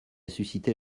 suscitée